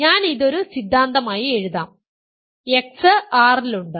ഞാൻ ഇത് ഒരു സിദ്ധാന്തമായി എഴുതാം x R ലുണ്ട്